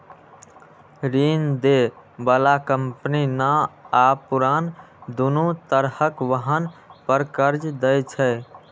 ऋण दै बला कंपनी नव आ पुरान, दुनू तरहक वाहन पर कर्ज दै छै